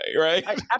right